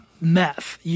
meth